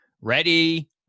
Ready